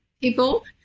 people